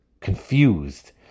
confused